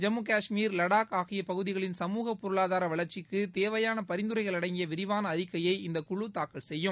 ஜம்முகஷ்மீர் லடாக் ஆகிய பகுதிகளின் சமூக பொருளாதார வளர்ச்சிக்கு தேவையாள பரிந்துரைகள் அடங்கிய விரிவான அறிக்கையை இந்த குழு தாக்கல் செய்யும்